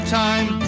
time